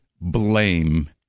blame